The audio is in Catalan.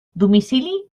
domicili